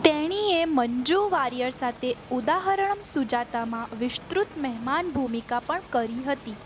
તેણીએ મંજૂ વારિયર સાથે ઉદાહરણમ સુજાતામાં વિસ્તૃત મહેમાન ભૂમિકા પણ કરી હતી